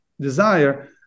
desire